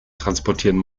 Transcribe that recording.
transportieren